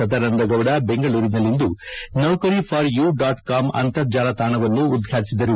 ಸದಾನಂದ ಗೌಡ ಬೆಂಗಳೂರಿನಲ್ಲಿಂದು Naukri for you dot com ಅಂತರ್ಜಾಲ ತಾಣವನ್ನು ಉದ್ವಾಟಿಸಿದರು